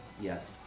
Yes